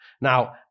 Now